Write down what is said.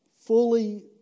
fully